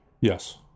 Yes